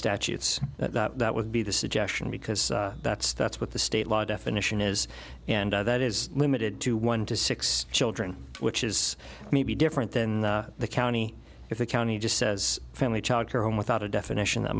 statutes that would be the suggestion because that's that's what the state law definition is and that is limited to one to six children which is maybe different than the county if the county just says family child care home without a definition that